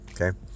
Okay